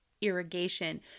irrigation